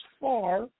far